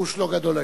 הביקוש לא גדול.